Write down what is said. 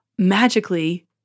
Magically